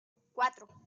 cuatro